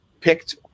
picked